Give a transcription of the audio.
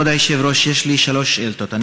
חבר הכנסת מסעוד גנאים, תפדל.